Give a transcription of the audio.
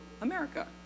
America